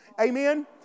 Amen